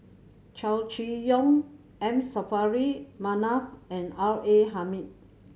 Chow Chee Yong M Saffri Manaf and R A Hamid